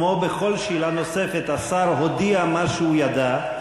כמו בכל שאלה נוספת, השר הודיע מה שהוא ידע.